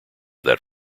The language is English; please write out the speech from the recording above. that